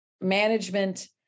management